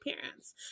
parents